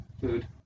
Food